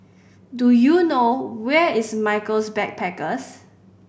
do you know where is Michaels Backpackers